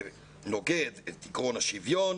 זה נוגד את עיקרון השוויון,